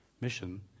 Mission